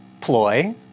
ploy